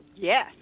Yes